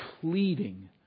pleading